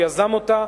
שיזם אותה,